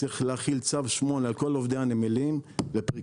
צריך להחיל צו 8 על כל עובדי הנמלים לפריקת